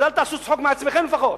אז אל תעשו צחוק מעצמכם, לפחות.